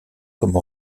comme